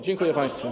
Dziękuję państwu.